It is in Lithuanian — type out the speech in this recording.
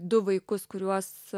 du vaikus kuriuos